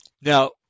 now